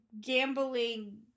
gambling